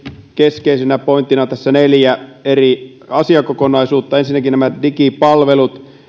keskeisinä pointteina tässä neljä eri asiakokonaisuutta ensinnäkin digipalvelut